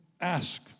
Ask